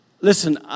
Listen